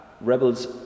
rebels